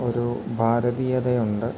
ഒരു ഭാരതീയതയുണ്ട്